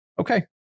okay